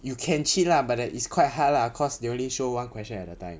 you can cheat lah but that is quite hard lah cause they only show one question at a time